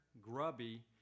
grubby